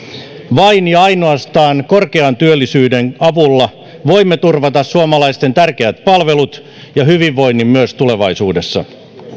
vain ja ainoastaan korkean työllisyyden avulla voimme turvata suomalaisten tärkeät palvelut ja hyvinvoinnin myös tulevaisuudessa